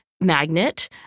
magnet